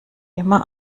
immer